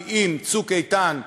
כי אם ב"צוק איתן",